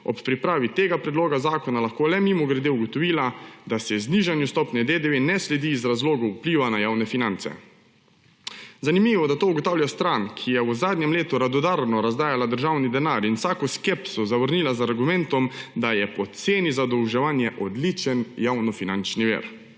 ob pripravi tega predloga zakona lahko le mimogrede ugotovila, da se znižanju stopnje DDV ne sledi iz razlogov vpliva na javne finance. Zanimivo, da to ugotavlja stran, ki je v zadnjem letu radodarno razdajala državni denar in vsako skepso zavrnila z argumentom, da je poceni zadolževanje odličen javnofinančni vir.